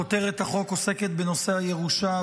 כותרת החוק עוסקת בנושא הירושה,